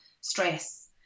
stress